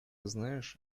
знаешь